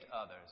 others